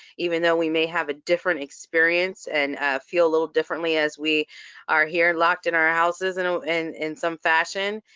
even though we may have a different experience, and feel a little differently as we are here, locked in our houses and in in some fashion.